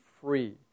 free